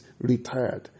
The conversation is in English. retired